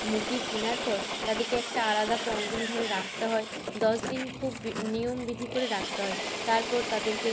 মুরগি কেনার পর তাদেরকে একটা আলাদা পনেরো দিন ধরে রাখতে হয় দশ দিন খুব বি নিয়ম বিধি করে রাখতে হয় তারপর তাদেরকে